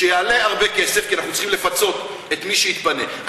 שיעלה הרבה כסף כי אנחנו צריכים לפצות את מי שיתפנה,